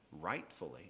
rightfully